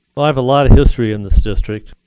well, i have a lot of history in this district.